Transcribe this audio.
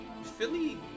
Philly